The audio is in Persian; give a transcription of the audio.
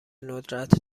ندرت